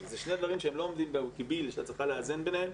אלה שני דברים שלא עומדים במקביל ושאת צריכה לאזן ביניהם,